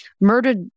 murdered